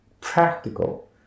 practical